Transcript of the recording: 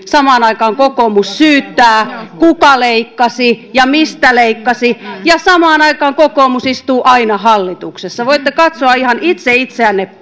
samaan aikaan kokoomus syyttää kuka leikkasi ja mistä leikkasi ja samaan aikaan kokoomus istuu aina hallituksessa voitte katsoa ihan itse itseänne